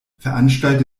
veranstalte